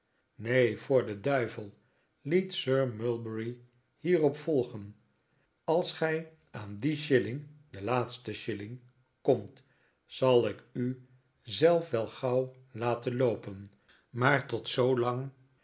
neen voor den duivel liet sir mulberry hierop volgen als gij aan dien shilling den laatsten shilling komt zal ik u zelf wel gauw laten loopen maar tot zoolang